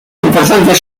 importantes